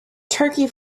turkey